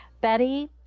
Betty